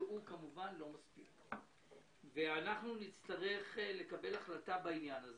אנחנו נצטרך לקבל החלטה בעניין הזה.